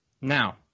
now